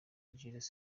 jules